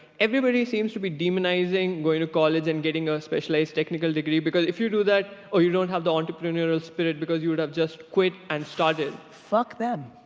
everybody seems to be demonizing going to college and getting a specialized technical degree because if you do that or you don't have the entrepreneurial spirit because you would have just quit and started. fuck them.